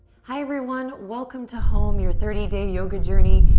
hi, everyone, welcome to home, your thirty day yoga journey.